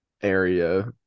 area